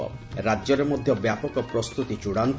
ରାଜ୍ୟରେ ମଧ୍ୟ ବ୍ୟାପକ ପ୍ରସ୍ତୁତି ଚୂଡାନ୍ତ